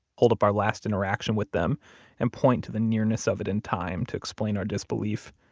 hold up our last interaction with them and point to the nearness of it in time to explain our disbelief,